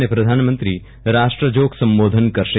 અને પ્રધાનમંત્રી રાષ્ટ્ર જોગ સંબોધન કરશે